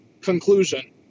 Conclusion